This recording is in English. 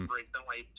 recently